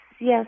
Yes